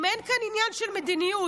אם אין כאן עניין של מדיניות?